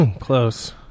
Close